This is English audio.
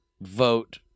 vote